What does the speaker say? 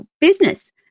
business